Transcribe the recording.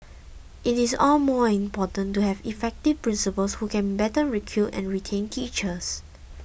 it is all more important to have effective principals who can better recruit and retain teachers